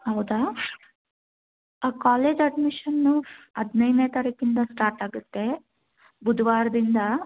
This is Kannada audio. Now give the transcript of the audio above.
ಹೌದಾ ಕಾಲೇಜ್ ಅಡ್ಮಿಷನ್ನು ಹದಿನೈದ್ನೆ ತಾರೀಕಿಂದ ಸ್ಟಾರ್ಟ್ ಆಗುತ್ತೆ ಬುಧವಾರದಿಂದ